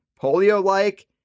polio-like